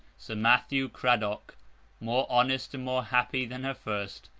sir matthew cradoc more honest and more happy than her first,